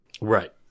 Right